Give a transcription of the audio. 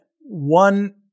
one